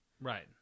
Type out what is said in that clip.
Right